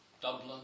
Dublin